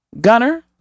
Gunner